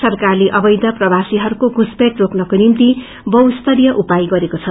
सरकारले अवैध प्रवासीहरूको घुसपैठ रोक्नको निम्ति बहुस्तरीय उपाय गरेको छ